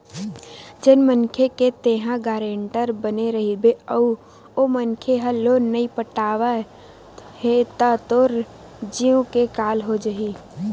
जेन मनखे के तेंहा गारेंटर बने रहिबे अउ ओ मनखे ह लोन नइ पटावत हे त तोर जींव के काल हो जाही